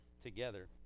together